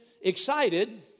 excited